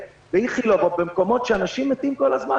באיכילוב או במקומות שאנשים מתים בהם כל הזמן,